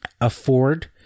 afford